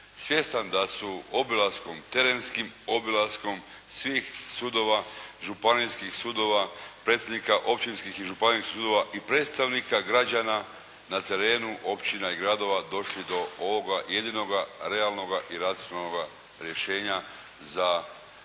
svjestan da su obilaskom terenskim obilaskom svih sudova, županijskih sudova, predsjednika općinskih i županijskih sudova i predstavnika građana na terenu općina i gradova došli do ovoga jedinoga realnoga i racionalnoga rješenja za preustroj